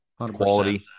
Quality